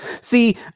See